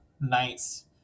nice